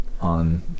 on